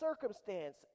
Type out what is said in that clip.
circumstance